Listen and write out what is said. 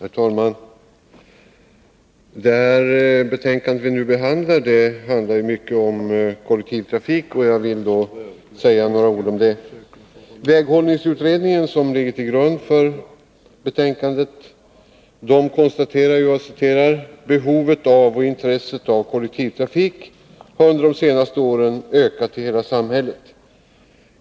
Herr talman! Det betänkande som vi nu diskuterar handlar mycket om kollektiv trafik, och jag vill därför säga några ord härom. Väghållningsutredningen, som ligger till grund för betänkandet, konstaterar att ”behovet av och intresset för kollektivtrafik har under de senaste åren ökat i hela samhället”.